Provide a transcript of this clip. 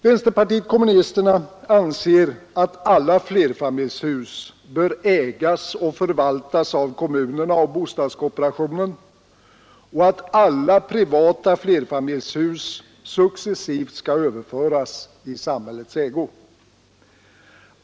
Vänsterpartiet kommunisterna anser att alla flerfamiljshus bör ägas och förvaltas av kommunerna och bostadskooperationen och att alla privata flerfamiljshus successivt skall överföras i samhällets ägo.